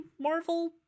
Marvel